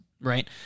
right